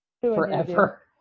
forever